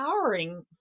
empowering